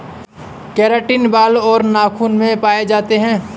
keratin बाल और नाखून में पाए जाते हैं